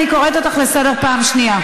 אני קוראת אותך לסדר פעם שנייה.